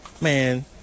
man